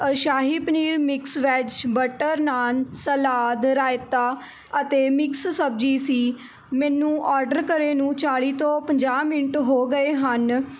ਸ਼ਾਹੀ paneer mix veg butter naan salad raita ਅਤੇ mix ਸਬਜ਼ੀ ਸੀ ਮੈਨੂੰ ਔਡਰ ਕਰੇ ਨੂੰ ਚਾਲ੍ਹੀ ਤੋਂ ਪੰਜਾਹ ਮਿੰਟ ਹੋ ਗਏ ਹਨ